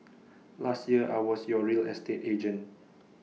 last year I was your real estate agent